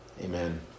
Amen